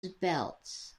belts